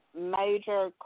major